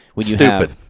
Stupid